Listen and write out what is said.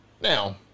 Now